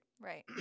Right